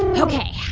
ok.